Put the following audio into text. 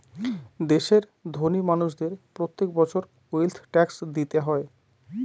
দেশের ধোনি মানুষদের প্রত্যেক বছর ওয়েলথ ট্যাক্স দিতে হয়